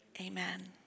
amen